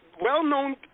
well-known